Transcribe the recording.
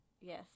Yes